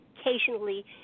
occasionally